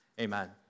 Amen